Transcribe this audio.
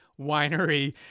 winery